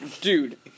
Dude